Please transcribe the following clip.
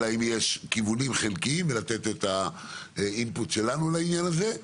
אלא אם יש כיוונים חלקיים ולתת את האינפוט שלנו לעניין הזה.